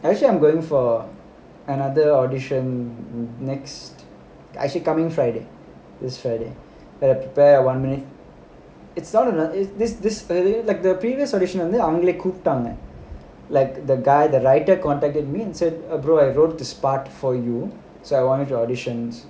actually I'm going for another audition next actually coming friday this friday so I prepare a one minute it's not another this this like the previous audition வந்து அவங்களே கூப்டாங்க:vanthu avangalae koopdaanga like the guy the writer contacted me and was like eh brother I wrote this part for you so I want you to audition